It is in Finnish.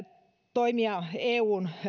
toimia eun